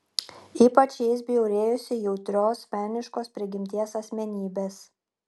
ypač jais bjaurėjosi jautrios meniškos prigimties asmenybės